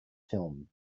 film